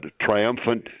triumphant